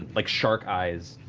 and like shark eyes.